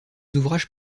ouvrages